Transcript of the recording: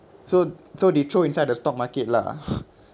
so so they throw inside the stock market lah